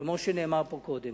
כמו שנאמר פה קודם.